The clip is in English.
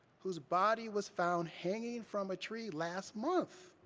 whose body was found hanging from a tree last month.